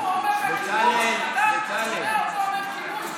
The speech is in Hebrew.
הוא אומר לך "כיבוש".